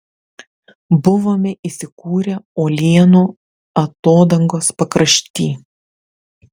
buvome įsikūrę uolienų atodangos pakrašty